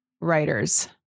writers